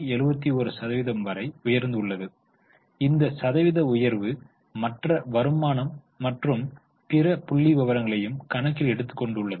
71 சதவீதம் வரை உயர்ந்துள்ளது இந்த சதவீதம் உயர்வு மற்ற வருமானம் மற்றும் பிற புள்ளிவிவரங்களையும் கணக்கில் எடுத்துக் கொண்டுள்ளது